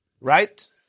Right